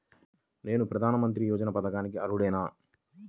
నేను ప్రధాని మంత్రి యోజన పథకానికి అర్హుడ నేన?